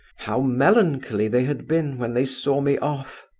how melancholy they had been when they saw me off!